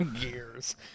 gears